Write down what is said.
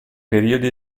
periodi